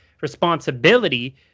responsibility